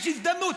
יש הזדמנות.